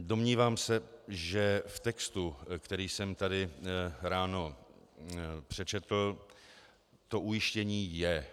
Domnívám se, že v textu, který jsem tady ráno přečetl, to ujištění je.